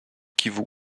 kivu